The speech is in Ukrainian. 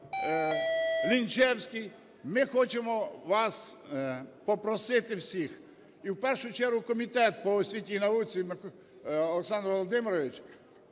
Дякую.